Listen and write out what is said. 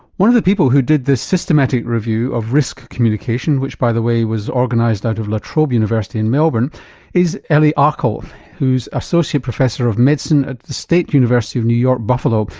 one of the people who did this systematic review of risk communication, which by the way was organised out of la trobe university in melbourne is elie akl who's associate professor of medicine at the state university of new york, buffalo,